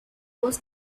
was